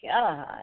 God